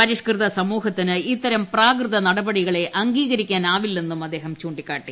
പരിഷ്കൃത സമൂഹത്തിന് ഇത്തരം പ്രാകൃത നടപടികളെ അംഗീകരിക്കാനാവില്ലെന്നും അദ്ദേഹം ചൂണ്ടിക്കാട്ടി